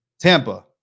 Tampa